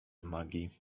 magii